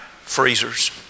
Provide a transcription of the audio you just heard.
freezers